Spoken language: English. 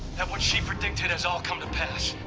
and what she predicted has all come to pass.